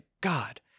God